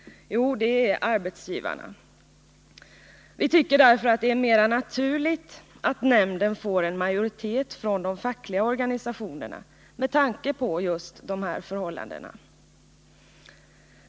Jo, det är arbetsgivarna. Vi tycker därför att det är mera naturligt att nämnden får en majoritet från de fackliga organisationerna, med tanke på dessa förhållanden.